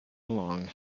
along